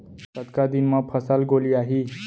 कतका दिन म फसल गोलियाही?